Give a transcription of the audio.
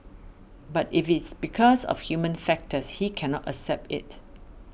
but if it's because of human factors he cannot accept it